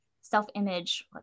self-image